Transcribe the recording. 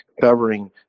covering